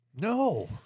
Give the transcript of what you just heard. No